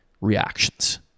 reactions